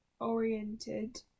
oriented